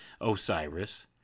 Osiris